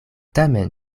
tamen